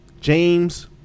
James